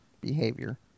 behavior